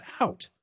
out